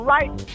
Right